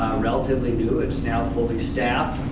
relatively new. it's now fully staffed.